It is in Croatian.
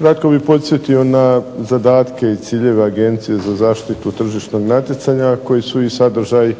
Dakle, ja bih podsjetio na zadatke i ciljeve Agencije za zaštitu tržišnog natjecanja koji su i sadržaj